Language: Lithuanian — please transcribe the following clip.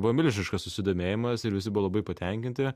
buvo milžiniškas susidomėjimas ir visi buvo labai patenkinti